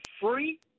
free